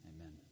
Amen